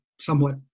somewhat